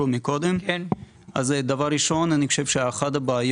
אחד מבתי המרקחת פתוח כל יום שישי.